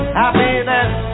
happiness